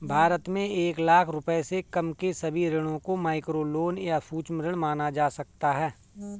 भारत में एक लाख रुपए से कम के सभी ऋणों को माइक्रोलोन या सूक्ष्म ऋण माना जा सकता है